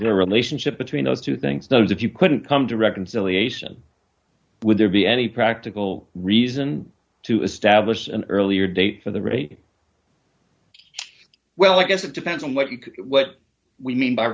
no relationship between those two things knows if you couldn't come to reconciliation would there be any practical reason to establish an earlier date for the rate well i guess it depends on what you can what we mean by